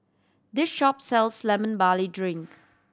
this shop sells Lemon Barley Drink